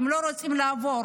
הם לא רוצים לעבור.